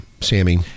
Sammy